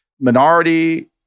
minority